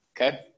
okay